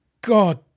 god